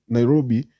Nairobi